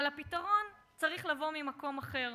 אבל הפתרון צריך לבוא ממקום אחר.